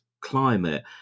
climate